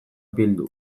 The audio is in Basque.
bildu